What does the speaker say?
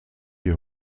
die